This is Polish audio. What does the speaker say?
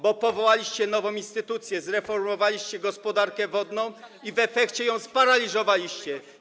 Bo powołaliście nową instytucję, zreformowaliście gospodarkę wodną i w efekcie ją sparaliżowaliście.